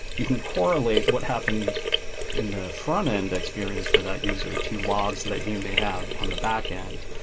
you can correlate what happened in the frontend experience for that user to log so that you may have on the backend.